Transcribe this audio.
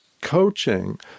coaching